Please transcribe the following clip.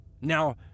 Now